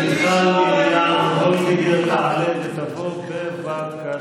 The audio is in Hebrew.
חברת הכנסת מיכל מרים וולדיגר תעלה ותבוא, בבקשה.